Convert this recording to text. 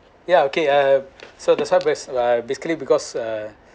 ya okay I've so that's why ba~ I've basically because uh